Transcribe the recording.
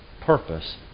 purpose